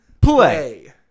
play